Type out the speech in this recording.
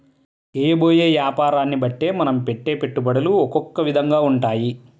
చేయబోయే యాపారాన్ని బట్టే మనం పెట్టే పెట్టుబడులు ఒకొక్క విధంగా ఉంటాయి